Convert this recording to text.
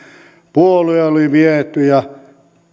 puolue oli viety ja